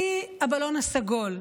שלי הבלון הסגול,